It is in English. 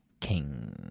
king